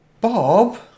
Bob